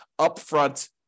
upfront